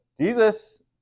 Jesus